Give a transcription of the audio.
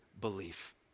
belief